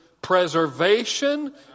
preservation